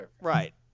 Right